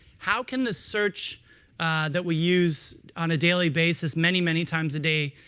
how can the search that we use on a daily basis, many, many times a day,